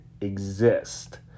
exist